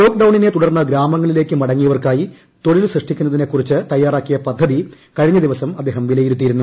lock ഡൌണിനെ തുടർന്ന് ഗ്രാമങ്ങളിലേക്ക് മടങ്ങിയവർക്കായി തൊഴിൽ സൃഷ്ടിക്കുന്നതിനെക്കുറിച്ച് തയ്യാറാക്കിയ പദ്ധതി കഴിഞ്ഞ ദിവസം അദ്ദേഹം വിലയിരുത്തിയിരുന്നു